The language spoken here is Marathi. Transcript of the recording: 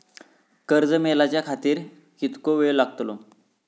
कर्ज मेलाच्या खातिर कीतको वेळ लागतलो?